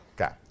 Okay